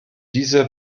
diese